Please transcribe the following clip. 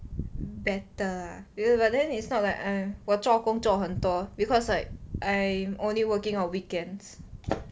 better ah !eeyer! but then it's not like err 我做工做很多 because like I'm only working on weekends